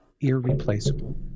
irreplaceable